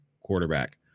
quarterback